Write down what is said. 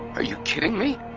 are you kidding me?